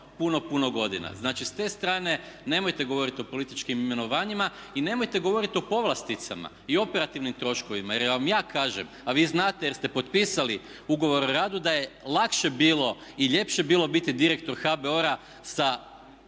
puno, puno godina. Znači s te strane nemojte govoriti o političkim imenovanjima i nemojte govoriti o povlasticama i operativnim troškovima jer vam ja kažem a vi znate jer ste potpisali ugovor o radu da je lakše bilo i ljepše biti direktor HBOR-a da